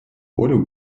волю